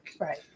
Right